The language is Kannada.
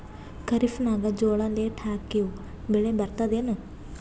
ಖರೀಫ್ ನಾಗ ಜೋಳ ಲೇಟ್ ಹಾಕಿವ ಬೆಳೆ ಬರತದ ಏನು?